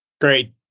Great